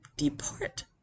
depart